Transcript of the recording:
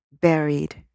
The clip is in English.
buried